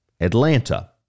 Atlanta